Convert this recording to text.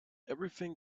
everything